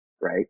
right